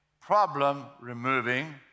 problem-removing